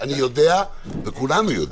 אני יודע וכולנו יודעים,